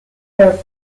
her